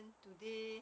then today